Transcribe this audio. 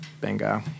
bingo